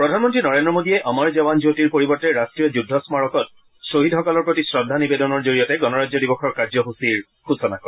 প্ৰধানমন্ত্ৰী নৰেন্দ্ৰ মোডীয়ে অমৰ জৱান জ্যোতিৰ পৰিৱৰ্তে ৰাষ্ট্ৰীয় যুদ্ধ স্মাৰকত শ্বহীদসকলৰ প্ৰতি শ্ৰদ্ধা নিবেদনৰ জৰিয়তে গণৰাজ্য দিৱসৰ কাৰ্যসূচীৰ সূচনা কৰে